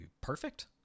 perfect